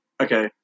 Okay